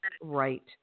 right